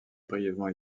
brièvement